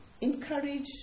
encourage